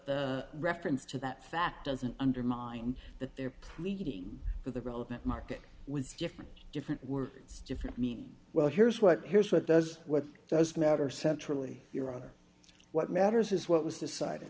the reference to that fact doesn't undermine that they're pleading with the relevant market with different different words different means well here's what here's what does what does matter centrally your honor what matters is what was decided